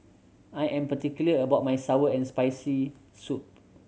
I am particular about my sour and Spicy Soup